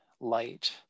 light